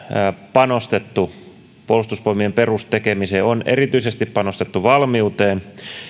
panostettu puolustusvoimien perustekemiseen on erityisesti panostettu valmiuteen